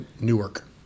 Newark